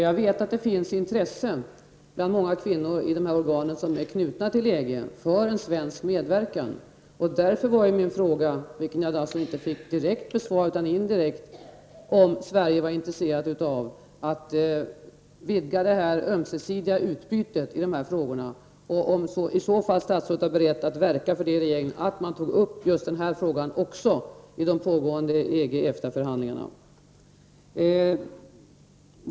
Jag vet att det bland många kvinnor i de organ som är knutna till EG finns ett intresse för en svensk medverkan. Min fråga var därför — jag fick inget direkt svar, utan ett indirekt — om Sverige är intresserat av att vidga det ömsesidiga utbytet i dessa frågor och om statsrådet i så fall är beredd att verka för det i regeringen, så att man tar upp just denna fråga i de pågående EG-EFTA förhandlingarna.